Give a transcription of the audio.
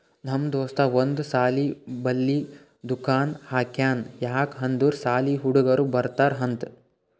ನಮ್ ದೋಸ್ತ ಒಂದ್ ಸಾಲಿ ಬಲ್ಲಿ ದುಕಾನ್ ಹಾಕ್ಯಾನ್ ಯಾಕ್ ಅಂದುರ್ ಸಾಲಿ ಹುಡುಗರು ಬರ್ತಾರ್ ಅಂತ್